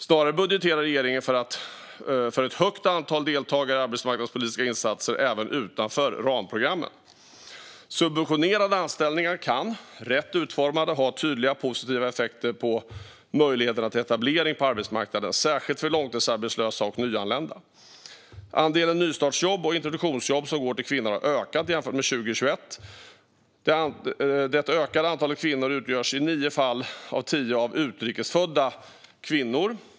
Snarare budgeterar regeringen för ett högt antal deltagare i arbetsmarknadspolitiska insatser även utanför ramprogrammen. Subventionerade anställningar kan - rätt utformade - ha tydliga positiva effekter på möjligheterna till etablering på arbetsmarknaden, särskilt för långtidsarbetslösa och nyanlända. Andelen nystartsjobb och introduktionsjobb som går till kvinnor har ökat jämfört med 2021. Det ökade antalet kvinnor utgörs i nio fall av tio av utrikes födda kvinnor.